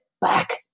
back